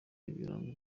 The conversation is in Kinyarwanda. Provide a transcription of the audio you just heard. ibirango